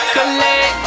Collect